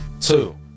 Two